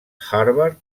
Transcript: harvard